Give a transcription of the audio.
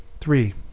Three